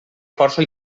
força